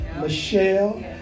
Michelle